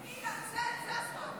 "מי לה' אלי",